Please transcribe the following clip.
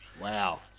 Wow